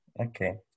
Okay